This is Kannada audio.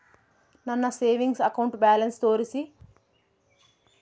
ನನ್ನ ಸೇವಿಂಗ್ಸ್ ಅಕೌಂಟ್ ಬ್ಯಾಲೆನ್ಸ್ ತೋರಿಸಿ?